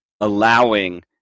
allowing